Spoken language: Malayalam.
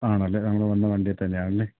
ആണല്ലേ നമ്മൾ വന്ന വണ്ടിയില് തന്നെയാണല്ലേ